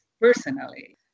personally